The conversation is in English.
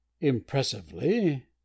Impressively—